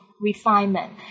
refinement